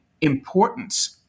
importance